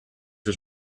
was